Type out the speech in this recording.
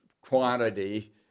quantity